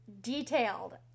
detailed